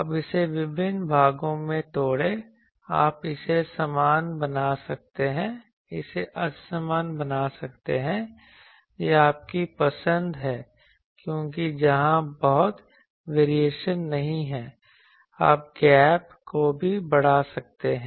अब इसे विभिन्न भागों में तोड़ें आप इसे समान बना सकते हैं इसे असमान बना सकते हैं यह आपकी पसंद है क्योंकि जहां बहुत वेरिएशन नहीं है आप गैप को भी बढ़ा सकते हैं